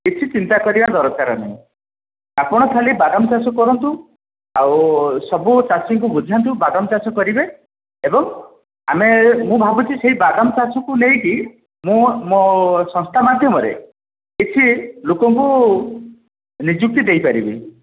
କିଛି ଚିନ୍ତା କରିବା ଦରକାର ନାହିଁ ଆପଣ ଖାଲି ବାଦାମ ଚାଷ କରନ୍ତୁ ଆଉ ସବୁ ଚାଷୀଙ୍କୁ ବୁଝାନ୍ତୁ ବାଦାମ ଚାଷ କରିବେ ଏବଂ ଆମେ ମୁଁ ଭାବୁଛି ସେହି ବାଦାମ ଚାଷକୁ ନେଇକି ମୁଁ ମୋ ସଂସ୍ଥା ମାଧ୍ୟମରେ କିଛି ଲୋକଙ୍କୁ ନିଯୁକ୍ତି ଦେଇପାରିବି